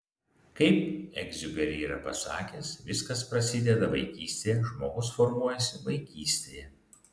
kaip egziuperi yra pasakęs viskas prasideda vaikystėje žmogus formuojasi vaikystėje